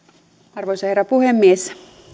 arvoisa herra puhemies